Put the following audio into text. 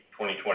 2020